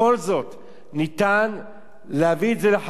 להביא את זה לחקיקה במועד אחר,